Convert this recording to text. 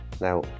Now